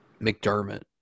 McDermott